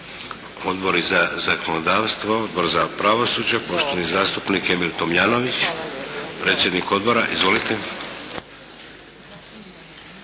Odbori za zakonodavstvo? Odbor za pravosuđe? Poštovani zastupnik Emil Tomljanović, predsjednik odbora. Izvolite!